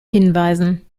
hinweisen